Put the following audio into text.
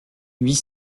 huit